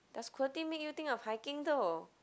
does make you think of hiking though